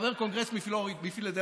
חבר קונגרס מפלורידה,